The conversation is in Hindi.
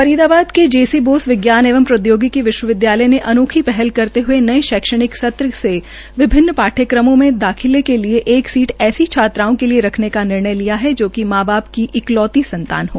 फरीदाबाद के जेसी बोस विज्ञान एवं प्रौद्योगिकी विश्वविद्यालय ने अनोखी पहल करते हए नये शैक्षणिक सत्र से विभिन्न पाठ्यक्रमों में दाखिले के लिए एक सीट ऐसी छात्राओं के लिए रखने का निर्णय लिया है जोकि मां बाप की इकलौती संतान हो